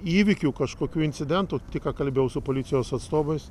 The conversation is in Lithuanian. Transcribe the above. įvykių kažkokių incidentų tik ką kalbėjau su policijos atstovais